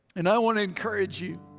and i want to encourage you